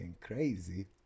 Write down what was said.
crazy